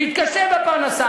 שיתקשה בפרנסה.